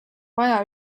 vaja